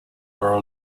were